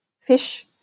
fish